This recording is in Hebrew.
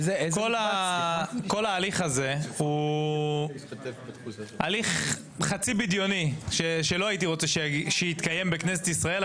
כל ההליך הזה הוא הליך חצי בדיוני שלא הייתי רוצה שיתקיים בכנסת ישראל,